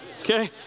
okay